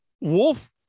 wolf